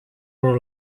roll